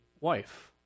wife